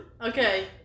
Okay